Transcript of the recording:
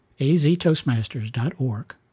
aztoastmasters.org